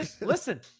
Listen